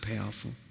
powerful